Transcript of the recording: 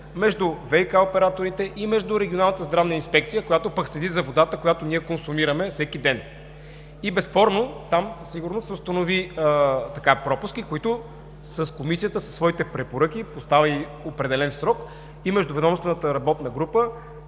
между ВиК операторите и между Регионалната здравна инспекция, която пък следи за водата, която ние консумираме всеки ден. Там със сигурност се установиха пропуски, които Комисията със своите препоръки постави определен срок и Междуведомствената работна група